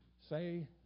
Say